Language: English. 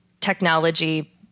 technology